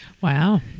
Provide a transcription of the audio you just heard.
Wow